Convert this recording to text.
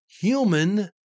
human